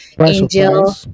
angel